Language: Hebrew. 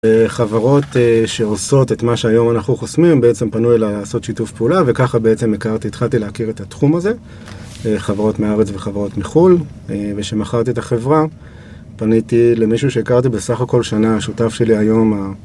חברות שעושות את מה שהיום אנחנו חוסמים בעצם פנו אלי לעשות שיתוף פעולה וככה בעצם הכרתי, התחלתי להכיר את התחום הזה חברות מארץ וחברות מחול ושמכרתי את החברה פניתי למישהו שהכרתי בסך הכל שנה, השותף שלי היום ה...